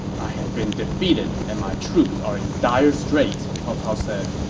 i have been defeated and my troops are in dire straits, cao cao said.